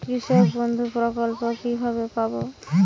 কৃষকবন্ধু প্রকল্প কিভাবে পাব?